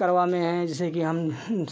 करवा में हैं जैसे कि हम